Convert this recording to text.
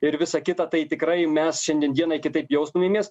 ir visa kita tai tikrai mes šiandien dienai kitaip jaustumėmės